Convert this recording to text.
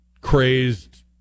crazed